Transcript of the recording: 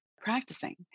practicing